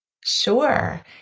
Sure